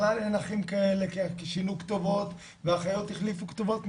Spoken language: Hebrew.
בכלל אין אחים כאלה כי שינו כתובות והאחיות החליפו כתובות.